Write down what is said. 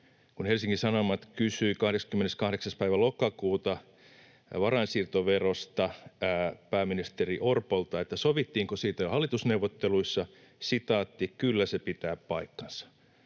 Kun Helsingin Sanomat kysyi 28. päivä lokakuuta varainsiirtoverosta pääministeri Orpolta, sovittiinko siitä jo hallitusneuvotteluissa, vastaus oli: ”Kyllä se pitää paikkansa.”